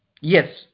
Yes